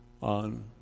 on